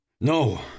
No